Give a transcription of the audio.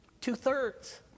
Two-thirds